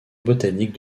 botanique